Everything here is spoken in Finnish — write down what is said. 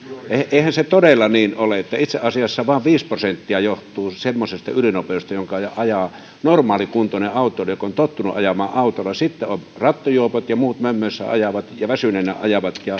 eihän se todella niin ole itse asiassa vain viisi prosenttia johtuu semmoisesta ylinopeudesta jota ajaa normaalikuntoinen autoilija joka on tottunut ajamaan autolla sitten ovat rattijuopot ja muut mömmöissä ajavat ja väsyneenä ajavat ja